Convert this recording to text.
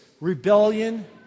rebellion